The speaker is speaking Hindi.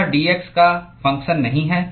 यह dx का फंगक्शन नहीं है